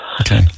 Okay